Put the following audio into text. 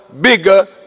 bigger